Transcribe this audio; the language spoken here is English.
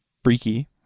freaky